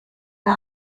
der